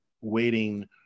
waiting